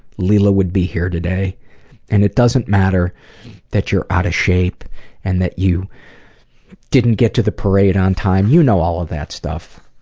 leila would be here today and it doesn't matter that you're out of shape and that you didn't get to the parade on time. you know all that stuff.